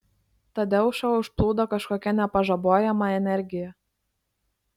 tadeušą užplūdo kažkokia nepažabojama energija